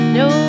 no